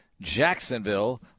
Jacksonville